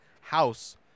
house